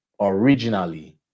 originally